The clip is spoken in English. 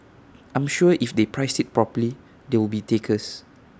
I'm sure if they price IT properly there will be takers